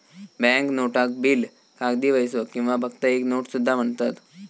bank नोटाक bill, कागदी पैसो किंवा फक्त एक नोट सुद्धा म्हणतत